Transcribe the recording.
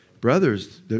Brothers